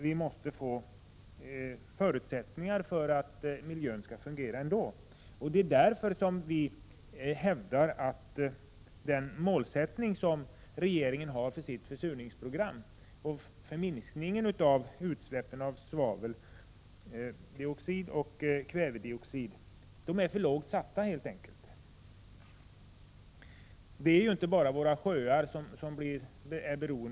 Vi måste få förutsättningar för att miljön skall fungera ändå. Det är därför som vi hävdar att regeringens mål när det gäller minskningen av utsläppen av svaveldioxid och kvävedioxid är för lågt satta. Det är inte bara våra sjöar som drabbas av utsläppen.